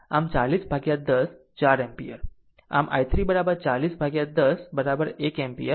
આમ 40 by 10 4 ampere આમ i3 40 by 10 1 ampere